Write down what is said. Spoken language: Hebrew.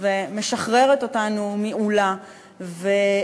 ומשחררת אותנו מעולָהּ,